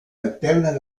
alternas